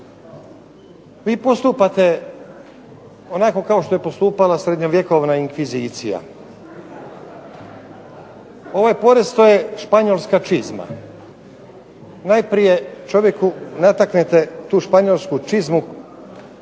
Vi postupate onako kao što je postupala srednjevjekovna inkvizicija. Ovaj porez to je španjolska čizma. Najprije čovjeku nataknete tu španjolsku čizmu